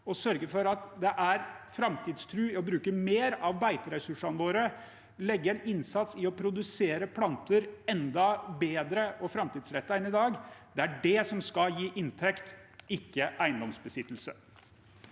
sørge for at det er framtidstro i å bruke mer av bei teressursene våre og legge en innsats i å produsere planter enda bedre og mer framtidsrettet enn i dag. Det er det som skal gi inntekt, ikke eiendomsbesittelse.